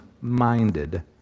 minded